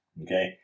okay